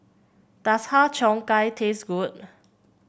does Har Cheong Gai taste good